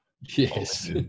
Yes